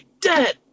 Dead